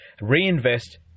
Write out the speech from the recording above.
reinvest